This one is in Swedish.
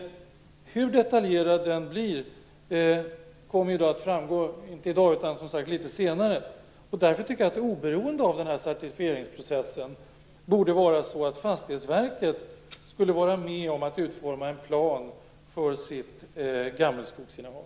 Hur detaljerad den blir kommer som sagt inte att framgå i dag, utan litet senare. Därför tycker jag att oberoende av certifieringsprocessen borde Fastighetsverket vara med om att utforma en plan för sitt gammelskogsinnehav.